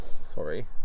sorry